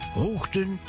hoogten